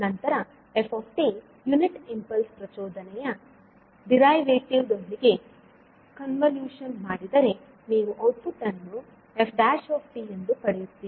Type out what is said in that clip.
ನಂತರ f unit impulse ಪ್ರಚೋದನೆಯ derivative ದೊಂದಿಗೆ ಕನ್ವಲೂಶನ್ ಮಾಡಿದರೆ ನೀವು ಔಟ್ಪುಟ್ ಅನ್ನು f ಎಂದು ಪಡೆಯುತ್ತೀರಿ